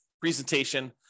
presentation